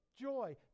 joy